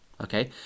Okay